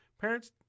Parents